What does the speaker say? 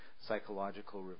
psychological